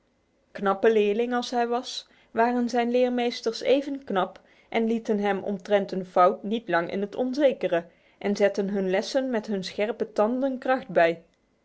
knappe leerling als hij was waren zijn leermeesters even knap lieten hem omtrent een fout niet lang in het onzekere en zetten hun lessen met hun scherpe tanden kracht bij